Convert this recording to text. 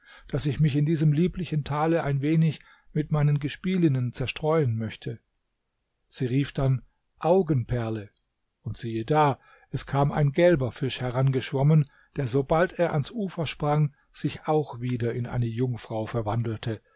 daß ich mich in diesem lieblichen tale ein wenig mit meinen gespielinnen zerstreuen möchte sie rief dann augenperle und siehe da es kam ein gelber fisch herangeschwommen der sobald er ans ufer sprang sich auch wieder in eine jungfrau verwandelte